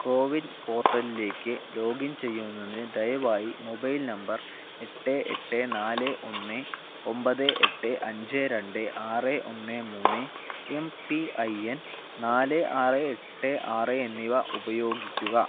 കോവിൻ പോർട്ടലിലേക്ക് ലോഗിൻ ചെയ്യുന്നതിന് ദയവായി മൊബൈൽ നമ്പർ എട്ട് എട്ട് നാല് ഒന്ന് ഒമ്പത് എട്ട് അഞ്ച് രണ്ട് ആറ് ഒന്ന് മൂന്ന് എം പി ഐ എൻ നാല് ആറ് എട്ട് ആറ് എന്നിവ ഉപയോഗിക്കുക